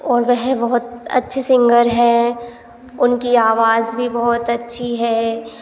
और वह अच्छे बहुत सिंगर है उनकी आवाज भी बहुत अच्छी है